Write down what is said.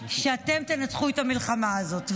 שאתם תנצחו את המלחמה הזאת,